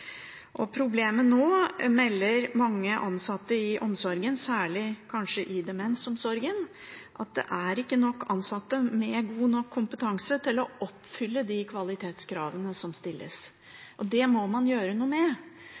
utdanning. Problemet nå, melder mange ansatte i omsorgen, kanskje særlig i demensomsorgen, er at det ikke er nok ansatte med god nok kompetanse til å oppfylle de kvalitetskravene som stilles. Det må man gjøre noe med.